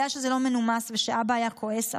אני יודע שזה לא מנומס ושאבא היה כועס,